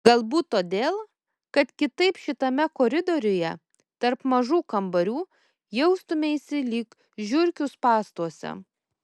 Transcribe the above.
galbūt todėl kad kitaip šitame koridoriuje tarp mažų kambarių jaustumeisi lyg žiurkių spąstuose